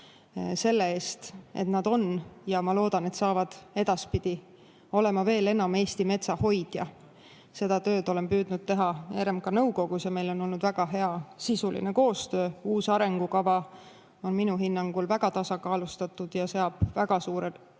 selle eest, et ta on – ja ma loodan, et edaspidi veel enam – Eesti metsa hoidja. Seda tööd olen püüdnud teha RMK nõukogus ja meil on olnud väga hea sisuline koostöö. Uus arengukava on minu hinnangul väga tasakaalustatud ja seab väga suure